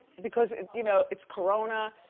because you know it's corona,